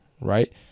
right